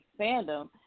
fandom